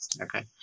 Okay